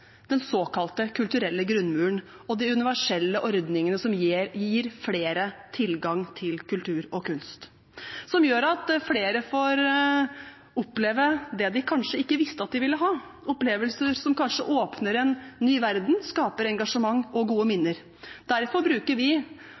den såkalte kulturelle grunnmuren og de universelle ordningene som gir flere tilgang til kultur og kunst, som gjør at flere får oppleve det de kanskje ikke visste at de ville ha, opplevelser som kanskje åpner en ny verden, skaper engasjement og gode minner. Derfor bruker vi